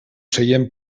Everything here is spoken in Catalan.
seient